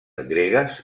gregues